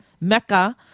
Mecca